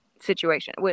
situation